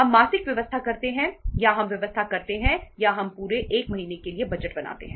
हम मासिक व्यवस्था करते हैं या हम व्यवस्था करते हैं या हम पूरे 1 महीने के लिए बजट बनाते हैं